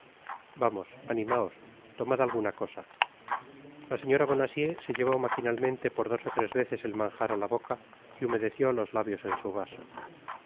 vamos animaos tomad alguna cosa la señora bonacieux se llevó maquinalmente por dos ó tres veces el manjar á la boca y humedeció los labios en su vaso